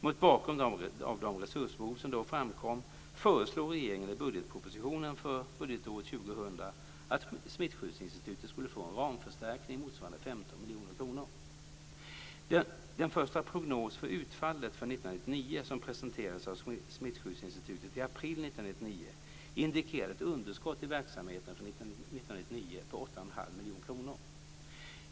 Mot bakgrund av de resursbehov som då framkom föreslog regeringen i budgetpropositionen för budgetåret 2000 att Smittskyddsinstitutet skulle få en ramförstärkning motsvarande 15 Den första prognos för utfallet för 1999 som presenterades av Smittskyddsinstitutet i april 1999 indikerade ett underskott i verksamheten för 1999 på 8,5 miljoner kronor.